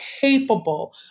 capable